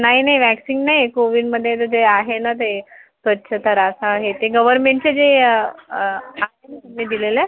नाही नाही वॅक्सिन नाही कोविनमध्येच जे आहे ना ते स्वच्छता राखा हे ते गवरमेंटचं जे आ मी दिलेल्या